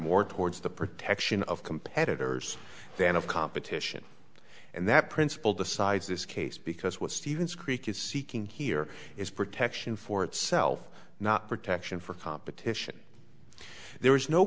more towards the protection of competitors than of competition and that principle decides this case because what stevens creek is seeking here is protection for itself not protection for competition there is no